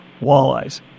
walleyes